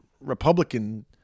Republican